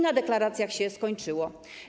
Na deklaracjach się skończyło.